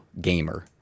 gamer